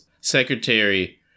secretary